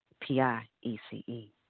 P-I-E-C-E